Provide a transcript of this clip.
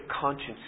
conscience